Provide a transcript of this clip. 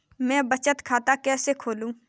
मैं बचत खाता कैसे खोलूं?